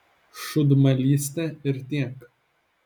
šūdmalystė ir tiek